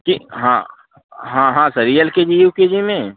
कि हाँ हाँ हाँ sir LKG UKG में